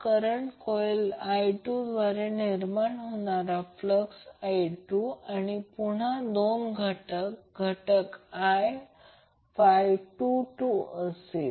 current coil i2 द्वारे निर्माण होणारा फ्लक्स i2 पुन्हा 2 घटक 1 घटक 22 असेल